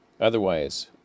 Otherwise